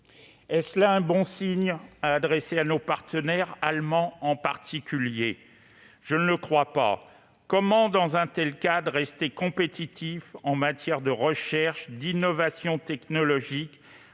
Est-ce un bon signe à adresser à nos partenaires, en particulier allemands ? Je ne le crois pas. Comment, dans un tel cadre, rester compétitifs en matière de recherche et d'innovation technologique,